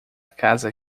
casa